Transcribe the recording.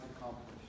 accomplished